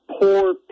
poor